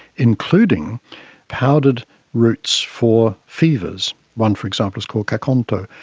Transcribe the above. including powdered roots for fevers. one for example is called kakkonto,